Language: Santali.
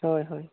ᱦᱳᱭ ᱦᱳᱭ